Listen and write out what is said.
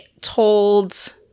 told